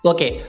Okay